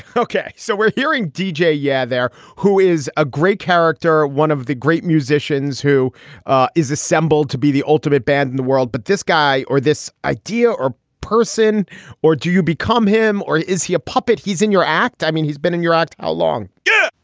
okay. so we're hearing d j. yeah. there who is a great character, one of the great musicians who ah is assembled to be the ultimate band in the world. but this guy or this idea or person or do you become him or is he a puppet? he's in your act. i mean, he's been in your act. how long? yeah.